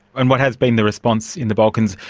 and what has been the response in the balkans,